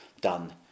done